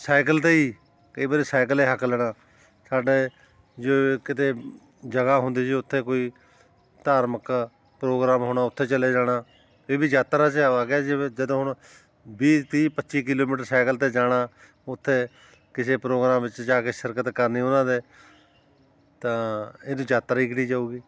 cycle 'ਤੇ ਹੀ ਕਈ ਵਾਰੀ ਸਾਈਕਲ ਏ ਹੱਕ ਲੈਣਾ ਸਾਡੇ ਜੇ ਕਿਤੇ ਜਗ੍ਹਾ ਹੁੰਦੀ ਸੀ ਉੱਥੇ ਕੋਈ ਧਾਰਮਿਕ ਪ੍ਰੋਗਰਾਮ ਹੋਣਾ ਉੱਥੇ ਚਲੇ ਜਾਣਾ ਇਹ ਵੀ ਯਾਤਰਾ 'ਚ ਆ ਗਿਆ ਜਿਵੇਂ ਜਦੋਂ ਹੁਣ ਵੀਹ ਤੀਹ ਪੱਚੀ ਕਿਲੋਮੀਟਰ ਸਾਈਕਲ 'ਤੇ ਜਾਣਾ ਉੱਥੇ ਕਿਸੇ ਪ੍ਰੋਗਰਾਮ ਵਿੱਚ ਜਾ ਕੇ ਸਿਰਕਤ ਕਰਨੀ ਉਹਨਾਂ ਦੇ ਤਾਂ ਇਹਦੀ ਯਾਤਰਾ ਹੀ ਗਿਣੀ ਜਾਊਗੀ